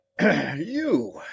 you